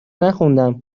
نخوندم